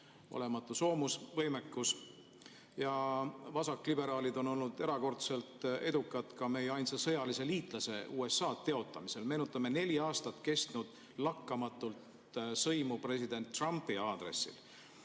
olematu soomusvõimekus. Vasakliberaalid on olnud erakordselt edukad ka meie ainsa sõjalise liitlase USA teotamisel. Meenutame neli aastat kestnud lakkamatut sõimu president Trumpi aadressil.